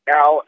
Now